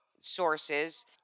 sources